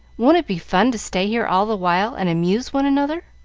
won't it be fun to stay here all the while, and amuse one another?